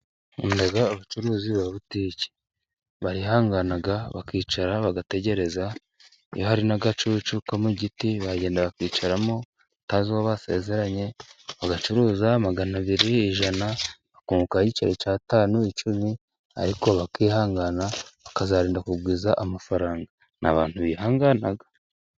Nkunda abacuruzi ba butike, barihangana bakicara bagategereza, iyo hari n'agacucu ko mu giti baragenda bakicaramo batazi uwo basezeranye, bagacuruza magana abiri, ijana bakungukaho igiceri cy'atanu, icumi, ariko bakihangana bakazarinda kugwiza amafaranga, ni abantu bihangana.